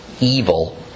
evil